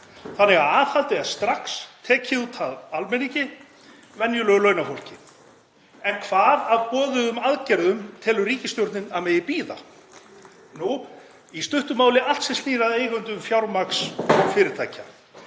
Þannig að aðhaldið er strax tekið út af almenningi, venjulegu launafólki. En hvað af boðuðum aðgerðum telur ríkisstjórnin að megi bíða? Í stuttu máli allt sem snýr að eigendum fjármagns og fyrirtækja.